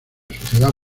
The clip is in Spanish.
sociedad